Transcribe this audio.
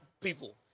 people